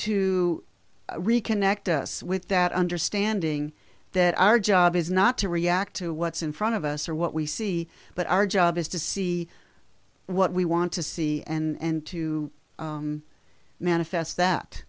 to reconnect us with that understanding that our job is not to react to what's in front of us or what we see but our job is to see what we want to see and to manifest that